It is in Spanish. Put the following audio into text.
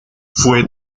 fue